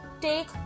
Take